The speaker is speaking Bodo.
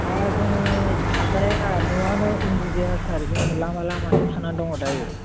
दा जोङो थाजाया न'आनो उन्दुजाया सार जोङो लामा लामासो थानानै दङ दायो